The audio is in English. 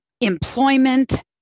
employment